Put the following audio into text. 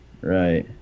right